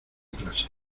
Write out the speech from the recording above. clase